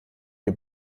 ihr